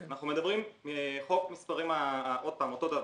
אנחנו מדברים על חוק המספרים עוד פעם, אותו דבר.